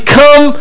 come